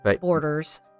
borders